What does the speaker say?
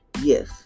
Yes